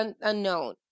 unknown